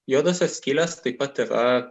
juodosios skylės taip pat yra